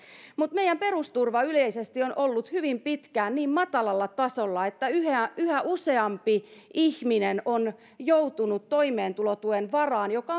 mutta meidän perusturva yleisesti on ollut hyvin pitkään niin matalalla tasolla että yhä yhä useampi ihminen on joutunut toimeentulotuen varaan joka